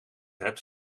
hebt